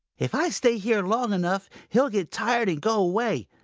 if i stay here long enough, he'll get tired and go away,